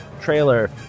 trailer